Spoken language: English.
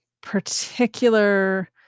Particular